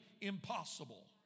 impossible